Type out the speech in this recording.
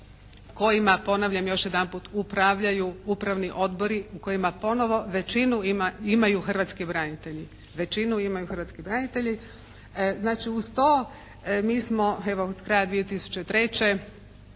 kojima ponavljam još jedanput upravljaju upravni odbori u kojima ponovo većinu imaju hrvatski branitelju, većinu imaju hrvatski branitelji. Znači, uz to mi smo evo, od kraja 2003.